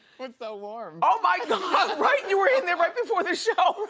it's so warm. oh my right? you were in there right before the show.